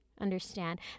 understand